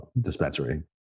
dispensary